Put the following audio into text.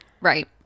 Right